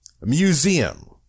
museum